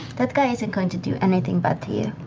that guy isn't going to do anything bad to you.